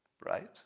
right